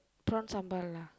Prawn sambal lah